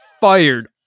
fired